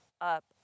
up